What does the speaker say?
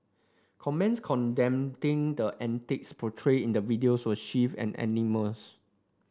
comments condemning the antics portrayed in the videos were swift and unanimous